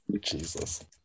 Jesus